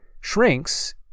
shrinks